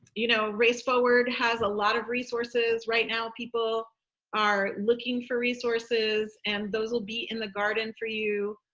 you know, race forward has a lot of resources. right now, people are looking for resources and those will be in the garden for you.